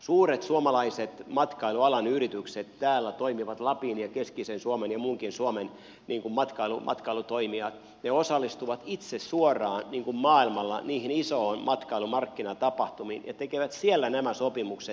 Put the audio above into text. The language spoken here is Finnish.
suuret suomalaiset matkailualan yritykset täällä toimivat lapin ja keskisen suomen ja muunkin suomen matkailutoimijat osallistuvat itse suoraan maailmalla niihin isoihin matkailumarkkinatapahtumiin ja tekevät siellä nämä sopimukset